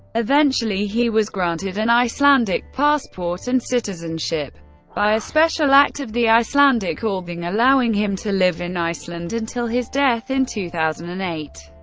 eventually, he was granted an icelandic passport and citizenship by a special act of the icelandic althing, allowing him to live in iceland until his death in two thousand and eight.